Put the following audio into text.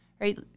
right